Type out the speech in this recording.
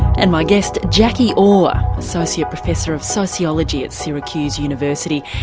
and my guest jackie orr, associate professor of sociology at syracuse university,